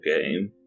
game